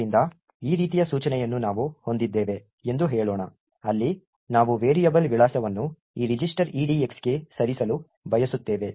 ಆದ್ದರಿಂದ ಈ ರೀತಿಯ ಸೂಚನೆಯನ್ನು ನಾವು ಹೊಂದಿದ್ದೇವೆ ಎಂದು ಹೇಳೋಣ ಅಲ್ಲಿ ನಾವು ವೇರಿಯಬಲ್ ವಿಳಾಸವನ್ನು ಈ ರಿಜಿಸ್ಟರ್ EDX ಗೆ ಸರಿಸಲು ಬಯಸುತ್ತೇವೆ